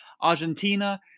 Argentina